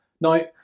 Now